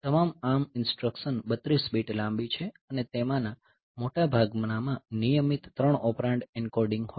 તમામ ARM instruction 32 bit લાંબી છે અને તેમાંના મોટા ભાગનામાં નિયમિત 3 ઓપરેન્ડ એન્કોડિંગ હોય છે